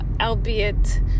albeit